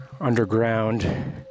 underground